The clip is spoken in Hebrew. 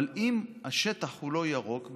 אבל אם השטח הוא לא ירוק,